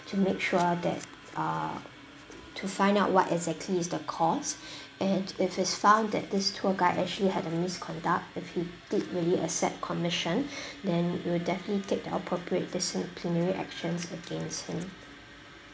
to make sure that uh to find out what exactly is the cause and if it's found that this tour guide actually had a misconduct if he did really accept commission then we'll definitely take the appropriate disciplinary actions against him